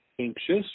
anxious